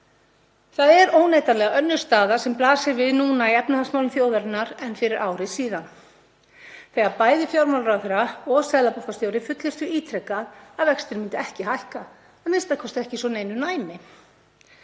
Það er óneitanlega önnur staða sem blasir við núna í efnahagsmálum þjóðarinnar en fyrir ári síðan þegar bæði fjármálaráðherra og seðlabankastjóri fullyrtu ítrekað að vextir myndu ekki hækka, a.m.k. ekki svo neinu næmi.